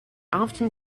often